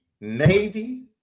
Navy